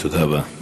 תודה רבה.